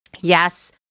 Yes